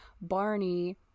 Barney